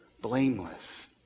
blameless